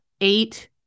eight